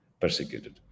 persecuted